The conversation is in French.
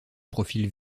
profils